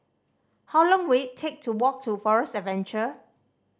how long will it take to walk to Forest Adventure